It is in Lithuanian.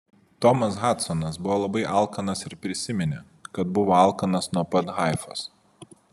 tomas hadsonas buvo labai alkanas ir prisiminė kad buvo alkanas nuo pat haifos